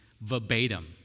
verbatim